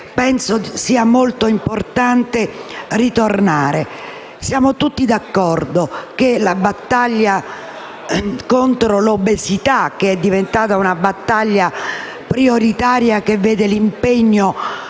penso sia molto importante ritornare. Siamo tutti d'accordo che la battaglia contro l'obesità sia diventata prioritaria; essa vede l'impegno